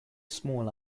small